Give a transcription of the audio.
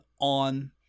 on